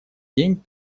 день